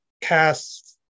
cast